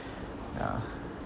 ya